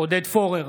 עודד פורר,